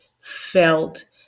felt